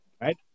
right